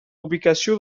ubicació